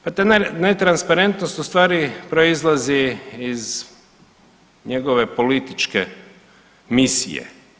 Znate netransparentnost ustvari proizlazi iz njegove političke misije.